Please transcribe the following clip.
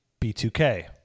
B2K